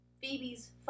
phoebe's